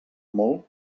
molt